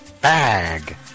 Bag